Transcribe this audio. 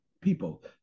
people